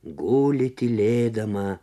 guli tylėdama